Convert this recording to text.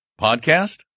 podcast